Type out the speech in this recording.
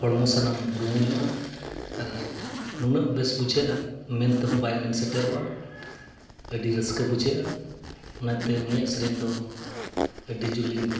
ᱦᱚᱲᱢᱚ ᱥᱟᱱᱟᱢ ᱨᱩᱢᱩᱭᱚᱜᱼᱟ ᱟᱨ ᱱᱩᱱᱟᱹᱜ ᱵᱮᱥ ᱵᱩᱡᱷᱟᱹᱜᱼᱟ ᱢᱮᱱ ᱛᱮᱦᱚᱸ ᱵᱟᱭ ᱢᱮᱱ ᱥᱮᱴᱮᱨᱚᱜᱼᱟ ᱟᱹᱰᱤ ᱨᱟᱹᱥᱠᱟᱹ ᱵᱩᱡᱷᱟᱹᱜᱼᱟ ᱚᱱᱟᱛᱮ ᱩᱱᱤᱭᱟᱜ ᱥᱮᱨᱮᱧ ᱫᱚ ᱟᱹᱰᱤ ᱡᱳᱨ ᱞᱤᱧ